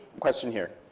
question here.